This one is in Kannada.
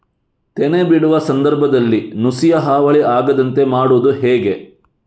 ತೆನೆ ಬಿಡುವ ಸಂದರ್ಭದಲ್ಲಿ ನುಸಿಯ ಹಾವಳಿ ಆಗದಂತೆ ಮಾಡುವುದು ಹೇಗೆ?